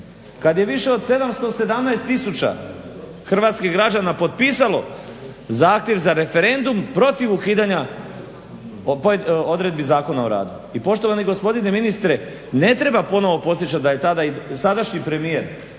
kad je više od 717 tisuća hrvatskih građana potpisalo zahtjev za referendum protiv ukidanja odredbi Zakona o radu. I poštovani gospodine ministre ne treba ponovno podsjećati da je tada i sadašnji premijer